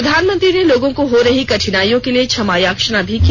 प्रधानमंत्री ने लोगों को हो रही कठिनाइयों के लिए क्षमायाचना भी की